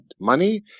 money